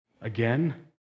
Again